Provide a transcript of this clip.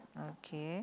okay